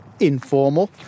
informal